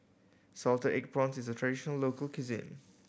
salted egg prawns is a traditional local cuisine